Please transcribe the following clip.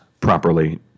properly